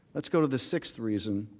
let's go to the sixth reason,